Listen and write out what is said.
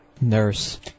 Nurse